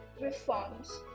reforms